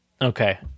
Okay